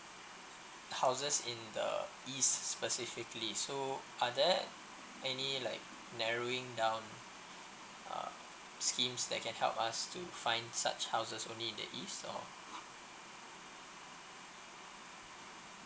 houses in the east specifically so are there any like narrowing down um schemes that can help us to find such houses only in the east or